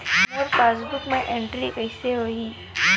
मोर passbook मा entry कइसे होही?